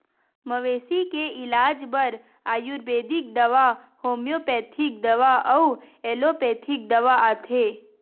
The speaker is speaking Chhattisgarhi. मवेशी के इलाज बर आयुरबेदिक दवा, होम्योपैथिक दवा अउ एलोपैथिक दवा आथे